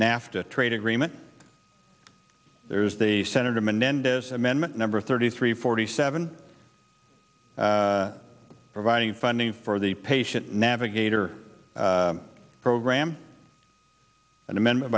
nafta trade agreement that was the senator menendez amendment number thirty three forty seven providing funding for the patient navigator program an amendment